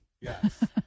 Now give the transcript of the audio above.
Yes